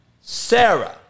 Sarah